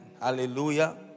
Hallelujah